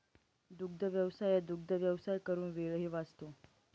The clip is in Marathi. दुग्धव्यवसायात दुग्धव्यवसाय करून वेळही वाचतो